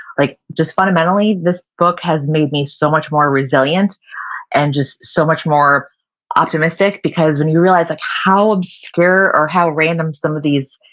like just fundamentally this book has made me so much more resilient and just so much more optimistic because when you realize like how ah or how random some of these,